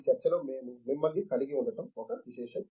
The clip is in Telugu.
ఈ చర్చలో మేము మిమ్మల్ని కలిగి ఉండటం ఒక విశేషం